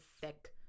thick